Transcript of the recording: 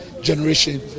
generation